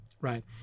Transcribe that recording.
Right